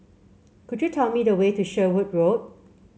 could you tell me the way to Sherwood Road